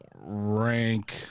rank